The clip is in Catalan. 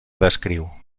descriu